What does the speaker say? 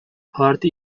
parti